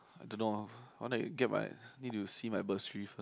I don't know ah I want to get my need to see my bursary first